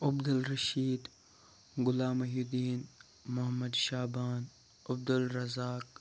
Abdul Rashid Ghulam Mohiuddin Mohammad Shaban Abdul Razzaq